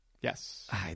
Yes